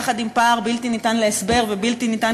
יחד עם פער בלתי ניתן להסבר ובלתי ניתן